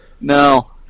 No